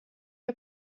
der